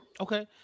okay